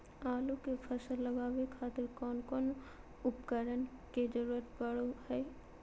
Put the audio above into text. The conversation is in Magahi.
आलू के फसल लगावे खातिर कौन कौन उपकरण के जरूरत पढ़ो हाय?